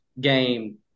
game